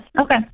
Okay